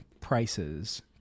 prices